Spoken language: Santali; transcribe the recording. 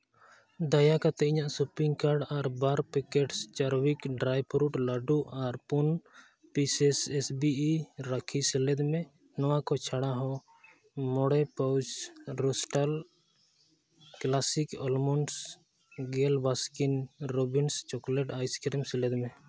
ᱫᱟᱭᱟ ᱠᱟᱛᱮᱫ ᱤᱧᱟᱹᱜ ᱥᱚᱯᱤᱝ ᱠᱟᱨᱰ ᱟᱨ ᱵᱟᱨ ᱯᱮᱠᱮᱴᱥ ᱪᱚᱨᱵᱤᱠ ᱰᱨᱟᱭ ᱯᱷᱩᱨᱩᱴ ᱞᱟᱹᱰᱩ ᱟᱨ ᱯᱩᱱ ᱯᱤᱥᱮᱥ ᱮᱥ ᱵᱤ ᱤ ᱨᱟᱠᱷᱤ ᱥᱮᱞᱮᱫ ᱢᱮ ᱱᱚᱣᱟ ᱪᱷᱟᱲᱟ ᱦᱚᱸ ᱢᱚᱬᱮ ᱯᱟᱣᱩᱡᱽ ᱨᱳᱥᱴᱟᱞ ᱠᱞᱟᱥᱤᱠ ᱟᱞᱢᱳᱱᱰᱥ ᱜᱮᱞ ᱵᱟᱥᱠᱤᱱ ᱨᱩᱵᱤᱱᱥ ᱪᱚᱠᱞᱮᱴ ᱟᱹᱭᱤᱥᱠᱨᱤᱢ ᱥᱮᱞᱮᱫ ᱢᱮ